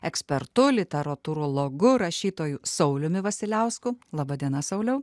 ekspertu literatūrologu rašytoju sauliumi vasiliausku laba diena sauliau